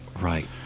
right